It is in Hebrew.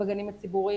לא בגנים הציבוריים,